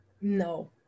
No